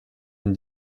une